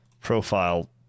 profile